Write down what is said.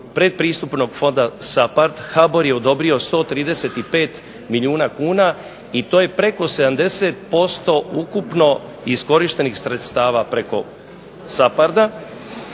predpristupnog fonda SAPARD HBOR je odobri 135 milijuna kuna i to je preko 70% ukupno iskorištenih sredstava SAPARD-a.